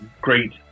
great